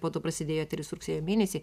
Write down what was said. po to prasidėjo eteris rugsėjo mėnesį